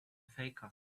faker